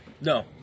No